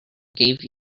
gave